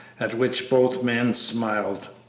at which both men smiled.